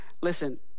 Listen